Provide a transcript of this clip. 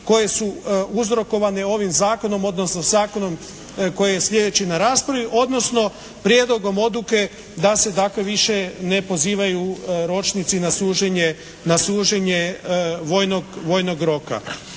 koje su uzrokovane ovim zakonom, odnosno zakonom koji je sljedeći na rasporedu, odnosno prijedlogom odluke da se dakle više ne pozivaju ročnici na služenje vojnog roka.